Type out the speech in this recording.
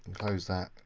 close that.